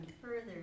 further